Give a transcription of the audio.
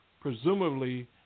presumably